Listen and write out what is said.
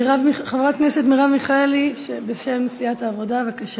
חברת הכנסת מרב מיכאלי, בשם סיעת העבודה, בבקשה.